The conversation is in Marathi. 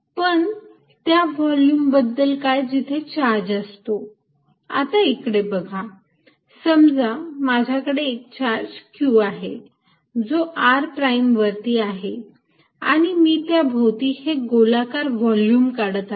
पण त्या व्हॉल्युम बद्दल काय जेथे चार्ज असतो आता इकडे बघा समजा माझ्याकडे एक चार्ज q आहे जो r प्राईम वरती आहे आणि मी त्या भोवती हे गोलाकार व्हॉल्युम काढत आहे